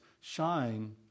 shine